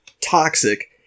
toxic